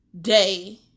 day